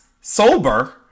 sober